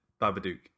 babadook